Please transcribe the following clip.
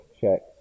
checks